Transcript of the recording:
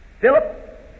Philip